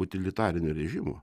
utilitarinio režimo